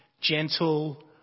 Gentle